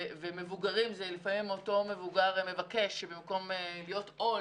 ולגבי מבוגרים לפעמים אותו מבוגר מבקש שבמקום להיות עול